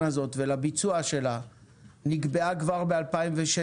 הזאת ולביצוע שלה נקבעה כבר ב-2016,